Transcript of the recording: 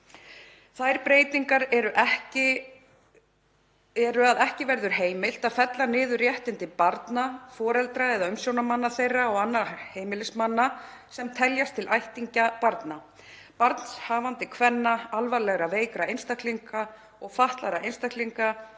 Þær breytingar eru að ekki verður heimilt að fella niður réttindi barna, foreldra eða umsjónarmanna þeirra og annarra heimilismanna sem teljast til ættingja barna, barnshafandi kvenna, alvarlega veikra einstaklinga og fatlaðra einstaklinga